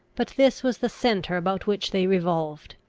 but this was the centre about which they revolved.